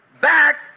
back